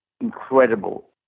incredible